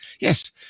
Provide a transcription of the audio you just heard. Yes